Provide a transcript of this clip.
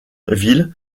ville